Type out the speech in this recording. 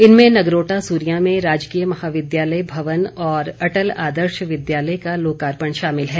इनमें नगरोटा सूरियां में राजकीय महाविद्यालय भवन और अटल आदर्श विद्यालय का लोकार्पण शामिल है